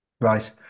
Right